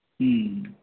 হুম